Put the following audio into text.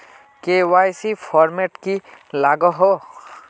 KYC format की लागोहो?